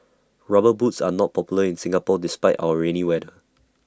rubber boots are not popular in Singapore despite our rainy weather